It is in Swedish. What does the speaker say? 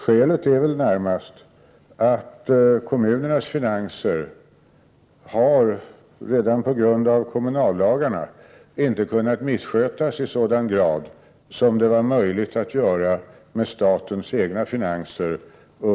Skälet är väl närmast att kommunernas finanser redan på grund av kommunallagarna inte har kunnat misskötas i sådan grad som det under ett antal år tillbaka var möjligt att göra med statens egna finanser.